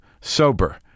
sober